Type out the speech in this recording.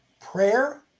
prayer